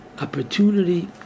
opportunity